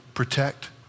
Protect